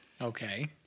Okay